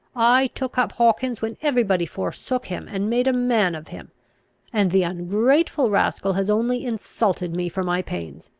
i took up hawkins when every body forsook him, and made a man of him and the ungrateful rascal has only insulted me for my pains.